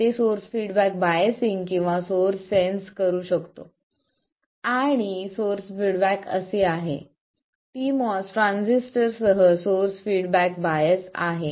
तर ते source feedback biasing किंवा सोर्स सेंन्स करू शकतो आणि सोर्स फीडबॅक असे आहे pMOS ट्रान्झिस्टर सह सोर्स फीडबॅक बायस आहे